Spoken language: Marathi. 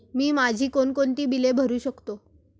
मी माझी कोणकोणती बिले भरू शकतो?